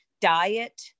diet